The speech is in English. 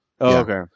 okay